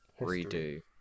redo